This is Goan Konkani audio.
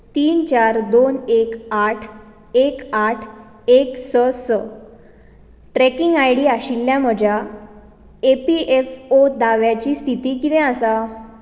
तीन चार दोन एक आठ एक आठ एक स स ट्रॅकिंग आय डी आशिल्ल्या म्हज्या ई पी एफ ओ दाव्याची स्थिती कितें आसा